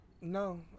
no